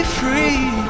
free